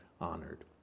honored